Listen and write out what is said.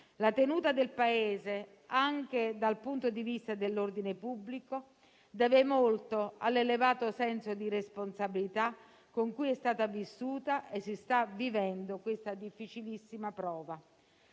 La tenuta del Paese, anche dal punto di vista dell'ordine pubblico, deve molto all'elevato senso di responsabilità con cui è stata vissuta e si sta vivendo questa difficilissima prova.